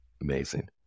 Amazing